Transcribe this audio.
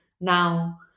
now